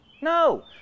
No